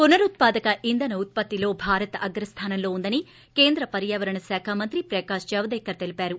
పునరుత్పాదక ఇంధన ఉత్పత్తిలో భారత్ అగ్రస్గానంలో ఉందని కేంద్ర పర్యావరణ శాఖ మంత్రి ప్రకాష్ జవదేకర్ తెలిపారు